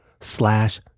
slash